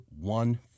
one